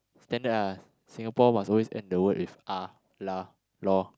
standard ah Singapore must always end the word with ah lah lor